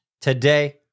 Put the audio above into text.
today